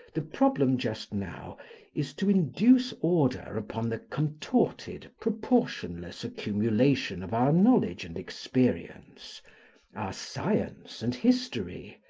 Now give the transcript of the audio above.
the problem just now is, to induce order upon the contorted, proportionless accumulation of our knowledge and experience, our science and history,